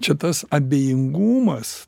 čia tas abejingumas